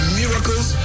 miracles